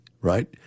right